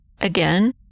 again